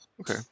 Okay